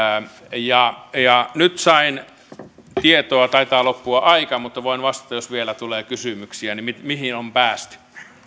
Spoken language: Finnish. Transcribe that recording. ja ja nyt sain tietoa taitaa loppua aika mutta voin vastata jos vielä tulee kysymyksiä siihen mihin on päästy